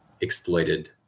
exploited